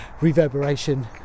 reverberation